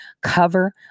cover